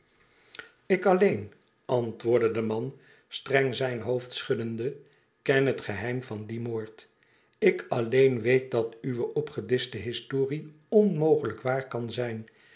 ik alleen antwoordde de man streng zijn hoofd schuddende ken het geheim van dien moord ik alleen weet dat uwe opgedischte historie onmogelijk waar kan zijn